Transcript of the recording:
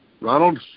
Ronald